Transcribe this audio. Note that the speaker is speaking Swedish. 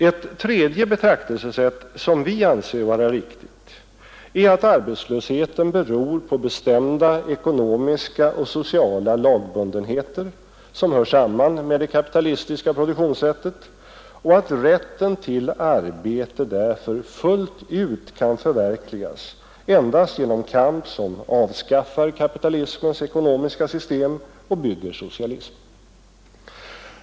Ett tredje betraktelsesätt, som vi anser vara riktigt, är att arbetslösheten beror på bestämda ekonomiska och sociala lagbundenheter som hör samman med det kapitalistiska produktionssättet och att rätten till arbete därför fullt ut kan förverkligas endast genom kamp som avskaffar kapitalismens ekonomiska system och bygger socialism.